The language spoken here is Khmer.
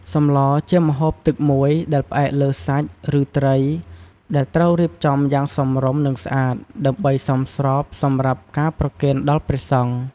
សម្លជាម្ហូបទឹកមួយដែលផ្អែកលើសាច់ ឬត្រី ដែលត្រូវរៀបចំយ៉ាង សមរម្យ និងស្អាត ដើម្បីសមស្របសម្រាប់ការប្រគេនដល់ព្រះសង្ឃ។